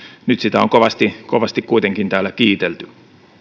nyt sitä on kovasti kovasti kuitenkin täällä kiitelty